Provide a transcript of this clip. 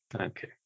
Okay